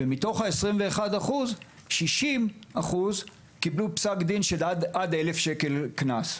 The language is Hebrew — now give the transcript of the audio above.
ומתוך ה- 21% - 60 קיבלו פסק דין של עד 1,000 שקלים קנס.